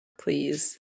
Please